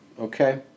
Okay